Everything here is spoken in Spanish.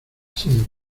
sin